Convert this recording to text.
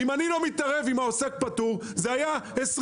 אם אני לא הייתי מתערב בזה, זה היה 20%,